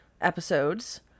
episodes